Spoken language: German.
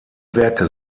werke